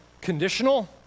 conditional